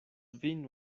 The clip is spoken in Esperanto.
vin